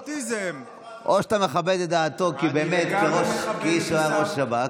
אתה ביקשת ממנו כאחראי לתת תשובה,